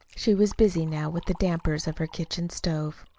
she was busy now with the dampers of her kitchen stove.